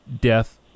death